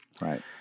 right